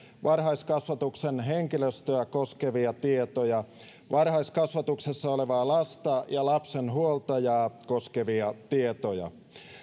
varhaiskasvatuksen henkilöstöä koskevia tietoja sekä varhaiskasvatuksessa olevaa lasta ja lapsen huoltajaa koskevia tietoja